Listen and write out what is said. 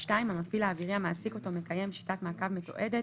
המפעיל האווירי המעסיק אותו מקיים שיטת מעקב מתועדת